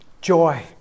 joy